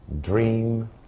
dream